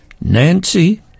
Nancy